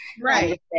Right